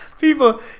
people